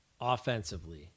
offensively